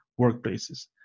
workplaces